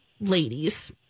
ladies